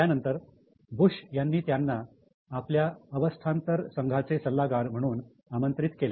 त्यानंतर बुश यांनी त्यांना आपल्या अवस्थांतर संघाचे सल्लागार म्हणून आमंत्रित केले